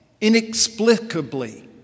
inexplicably